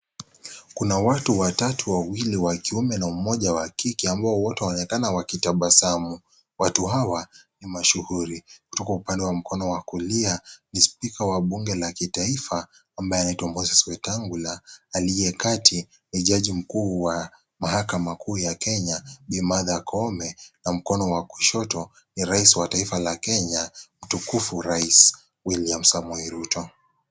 Kuna watatu, wawili wa kiume na kike, ambao wote wanaonekana wakitabasamu. Watu hawa ni mashuhuri. Kutoka mkono wa upande wa kulia, ni spika wa Bunge la kitaifa ambaye anaitwa Moses Wetangula, aliye Kati ni jaji mkuu wa mahakama kuu ya Kenya Martha Koome na mkono wa kushoto ni rais wa taifa la Kenya, mtukufu Rais William Samoei Ruto.